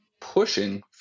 pushing